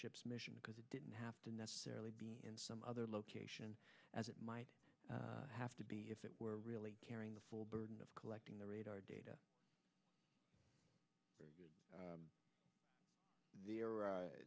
ship's mission because it didn't have to necessarily be in some other location as it might have to be if it were really carrying the full burden of collecting the radar data there